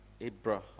Abraham